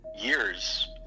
years